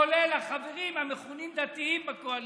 כולל החברים המכונים דתיים בקואליציה,